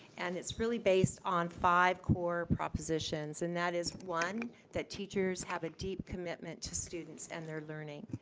and it's really based on five core propositions. and that is one, that teachers have a deep commitment to students and their learning.